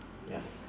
ya